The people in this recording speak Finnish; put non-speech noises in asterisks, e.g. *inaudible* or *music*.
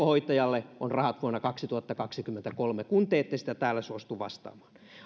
*unintelligible* hoitajalle on rahat vuonna kaksituhattakaksikymmentäkolme kun te ette siihen täällä suostu vastaamaan